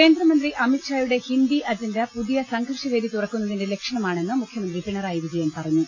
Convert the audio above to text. കേന്ദ്രമന്ത്രി അമിത്ഷായുടെ ഹിന്ദി അജണ്ട പുതിയ് സംഘർഷ വേദി തുറക്കുന്നതിന്റെ ലക്ഷണമാണെന്ന് മുഖ്യമന്ത്രി പിണറായി വിജയൻ പറഞ്ഞു